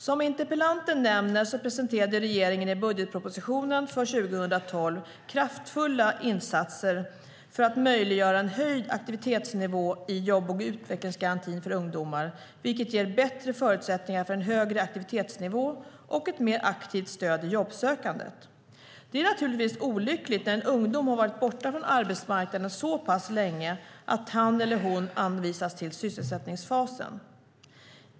Som interpellanten nämner presenterade regeringen i budgetpropositionen för 2012 kraftfulla insatser för att möjliggöra en höjd aktivitetsnivå i jobb och utvecklingsgarantin för ungdomar, vilket ger bättre förutsättningar för en högre aktivitetsnivå och ett mer aktivt stöd i jobbsökandet. Det är naturligtvis olyckligt när en ungdom har varit borta från arbetsmarknaden så pass länge att han eller hon anvisas till sysselsättningsfasen.